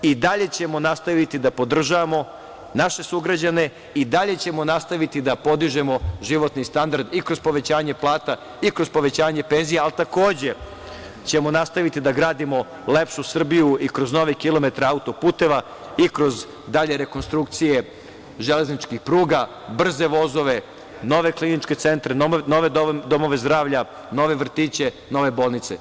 I dalje ćemo nastaviti da podržavamo naše sugrađane, i dalje ćemo nastaviti da podižemo životni standard i kroz povećanje plata i kroz povećanje penzija, ali takođe ćemo nastaviti da gradimo lepšu Srbiju i kroz nove kilometre auto-puteva i kroz dalje rekonstrukcije železničkih pruga, brze vozove, nove kliničke centre, nove domove zdravlja, nove vrtiće, nove bolnice.